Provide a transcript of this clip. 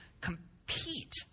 compete